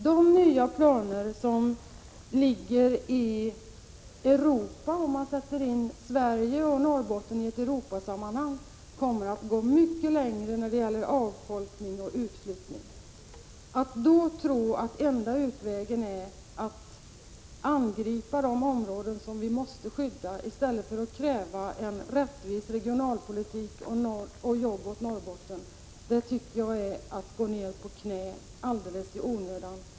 De nya europeiska planerna där man sätter in Sverige och Norrbotten i ett Europasammanhang kommer att gå mycket längre när det gäller avfolkning och utflyttning. Att då tro att enda utvägen är att angripa de områden som vi måste skydda, i stället för att kräva en rättvis regionalpolitik och jobb åt Norrbotten, tycker jag är att gå ned på knä alldeles i onödan.